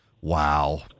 Wow